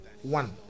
one